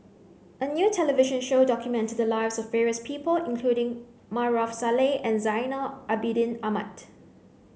a new television show documented the lives of various people including Maarof Salleh and Zainal Abidin Ahmad